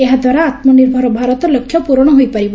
ଏହା ଦ୍ୱାରା ଆତ୍ମନିଭର ଭାରତ ଓ ଲକ୍ଷ୍ୟ ପୂରଣ ହୋଇପାରିବ